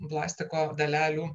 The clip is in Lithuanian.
plastiko dalelių